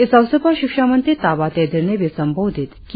इस अवसर पर शिक्षामंत्री ताबा तेदिर ने भी संबोधित किया